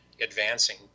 advancing